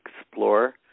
explore